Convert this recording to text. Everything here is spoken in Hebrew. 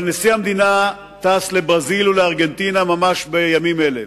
אבל נשיא המדינה טס לברזיל ולארגנטינה ממש בימים אלה,